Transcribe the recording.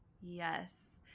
Yes